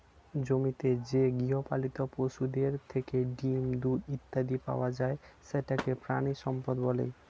জমিতে যে গৃহপালিত পশুদের থেকে ডিম, দুধ ইত্যাদি পাওয়া যায় সেটাকে প্রাণিসম্পদ বলে